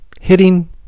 hitting